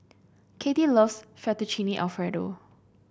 Katie loves Fettuccine Alfredo